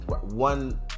One